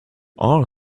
are